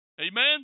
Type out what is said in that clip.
amen